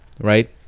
right